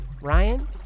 Ryan